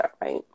Right